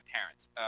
parents